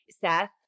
Seth